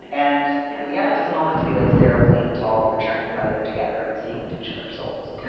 like and yeah, it doesn't all have to be like sarah, plain and tall. we're churning butter together and seeing into each other's souls